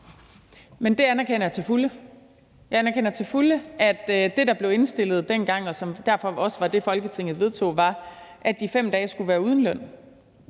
Det anerkender jeg til fulde. Jeg anerkender til fulde, at det, der blev indstillet dengang, og som derfor også var det, Folketinget vedtog, var, at de 5 dage skulle være uden løn.